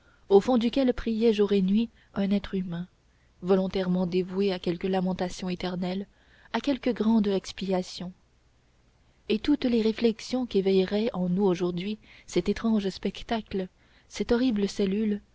au fond duquel priait jour et nuit un être humain volontairement dévoué à quelque lamentation éternelle à quelque grande expiation et toutes les réflexions qu'éveillerait en nous aujourd'hui cet étrange spectacle cette horrible cellule